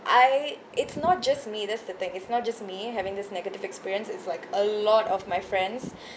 I it's not just me that's the thing it's not just me having this negative experience it's like a lot of my friends